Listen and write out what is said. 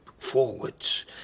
forwards